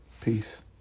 Peace